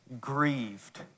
grieved